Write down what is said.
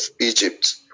Egypt